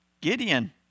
Gideon